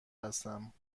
هستم